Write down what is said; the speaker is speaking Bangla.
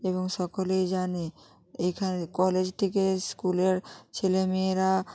এবং সকলেই জানে এইখানে কলেজ থেকে স্কুলের ছেলেমেয়েরা